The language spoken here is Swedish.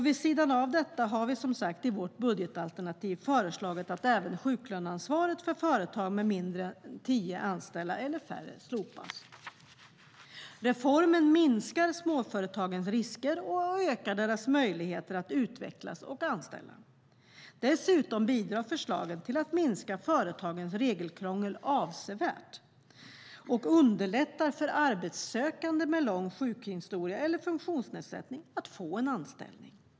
Vid sidan av detta har vi som sagt i vårt budgetalternativ föreslagit att även sjuklöneansvaret för företag med tio anställda eller färre slopas. Reformen minskar småföretagens risker och ökar deras möjligheter att utvecklas och anställa. Dessutom bidrar förslaget till att minska företagens regelkrångel avsevärt och underlättar för arbetssökande med lång sjukhistoria eller funktionsnedsättning att få en anställning.